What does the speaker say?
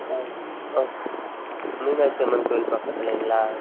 ஓ okay Meenakshi Amman கோயில் பக்கத்துலேங்களா